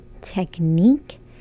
technique